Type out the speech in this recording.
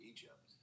Egypt